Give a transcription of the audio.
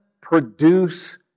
produce